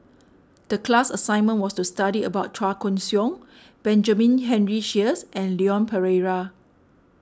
the class assignment was to study about Chua Koon Siong Benjamin Henry Sheares and Leon Perera